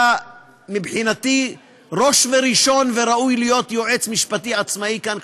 אתה מבחינתי ראש וראשון וראוי להיות יועץ משפטי עצמאי כאן,